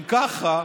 אם ככה,